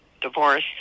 divorce